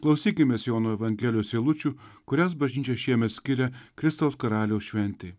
klausykimės jono evangelijos eilučių kurias bažnyčia šiemet skiria kristaus karaliaus šventei